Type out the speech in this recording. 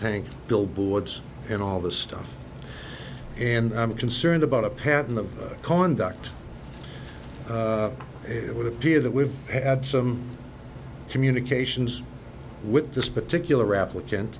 tank billboards and all this stuff and i'm concerned about a pattern of conduct it would appear that we've had some communications with this particular applicant